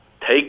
take